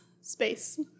space